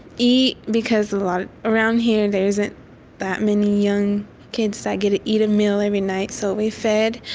eat, because a lot around here there isn't that many young kids that get to eat a meal every night, so we fed.